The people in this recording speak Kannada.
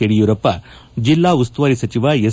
ಯಡಿಯೂರಪ್ಪ ಜಿಲ್ಲಾ ಉಸ್ತುವಾರಿ ಸಚಿವ ಎಸ್